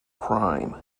crime